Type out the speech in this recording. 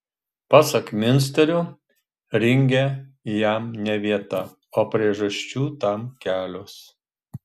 pasak miunsterio ringe jam ne vieta o priežasčių tam kelios